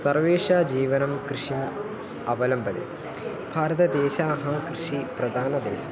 सर्वेषां जीवनं कृषिम् अवलम्बते भारतदेशाः कृषिप्रदानदेशः